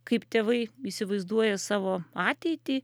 kaip tėvai įsivaizduoja savo ateitį